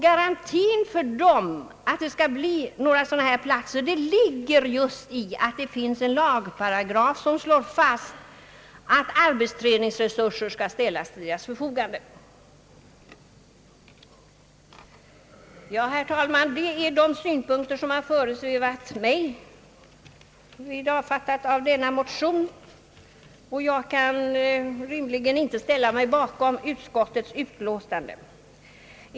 Garantin för dem för att det skall bli sådana här platser ligger just i att det finns en lagparagraf som slår fast att arbetsträningsresurser skall finnas till deras förfogande. Herr talman! Detta är de synpunkter som har föresvävat mig vid avfattandet av denna motion, och jag kan rimligen inte ställa mig bakom utskottets utlåtande.